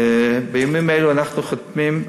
בימים אלה אנחנו חותמים,